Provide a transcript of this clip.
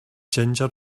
ginger